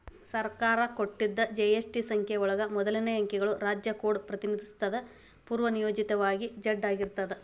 ಸರ್ಕಾರ ಕೊಟ್ಟಿದ್ ಜಿ.ಎಸ್.ಟಿ ಸಂಖ್ಯೆ ಒಳಗ ಮೊದಲನೇ ಅಂಕಿಗಳು ರಾಜ್ಯ ಕೋಡ್ ಪ್ರತಿನಿಧಿಸುತ್ತದ ಪೂರ್ವನಿಯೋಜಿತವಾಗಿ ಝೆಡ್ ಆಗಿರ್ತದ